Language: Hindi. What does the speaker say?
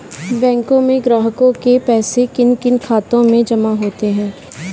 बैंकों में ग्राहकों के पैसे किन किन खातों में जमा होते हैं?